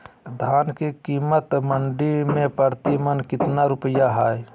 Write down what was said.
धान के कीमत मंडी में प्रति मन कितना रुपया हाय?